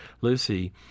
Lucy